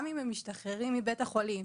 גם אם הם משתחררים מבית החולים.